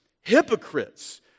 hypocrites